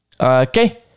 Okay